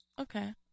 Okay